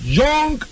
young